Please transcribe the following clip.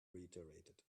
reiterated